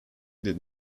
did